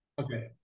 Okay